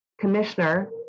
commissioner